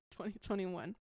2021